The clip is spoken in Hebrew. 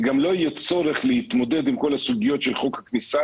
וגם לא יהיה צורך להתמודד עם כל הסוגיות של חוק הכניסה,